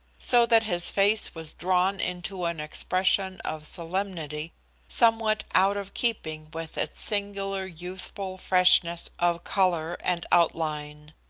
so that his face was drawn into an expression of solemnity somewhat out of keeping with its singular youthful freshness of color and outline.